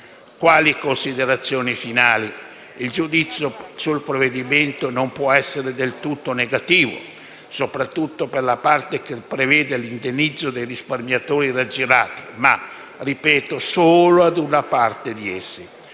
Quali considerazioni finali? Il giudizio sul provvedimento non può essere del tutto negativo, soprattutto per la parte che prevede l'indennizzo dei risparmiatori raggirati, ma - ripeto - solo ad una parte di essi.